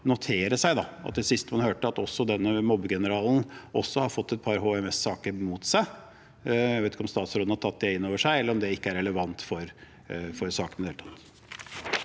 notere seg det siste man hørte, at denne mobbegeneralen også har fått et par HMS-saker mot seg. Jeg vet ikke om statsråden har tatt det inn over seg, eller om det ikke er relevant for saken